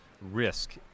risk